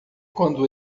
quando